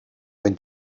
wenn